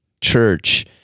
Church